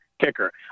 kicker